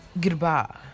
Goodbye